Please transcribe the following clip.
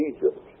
Egypt